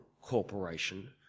Corporation